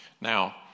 now